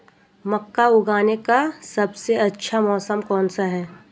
मक्का उगाने का सबसे अच्छा मौसम कौनसा है?